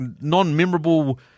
non-memorable